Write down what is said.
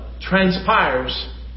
transpires